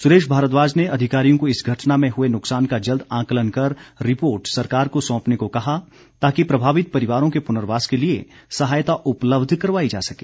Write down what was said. सुरेश भारद्वाज ने अधिकारियों को इस घटना में हए नुकसान का जल्द आंकलन कर रिपोर्ट सरकार को सौंपने को कहा ताकि प्रभावित परिवारों के पुर्नवास के लिए सहायता उपलब्ध करवाई जा सके